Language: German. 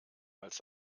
als